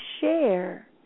share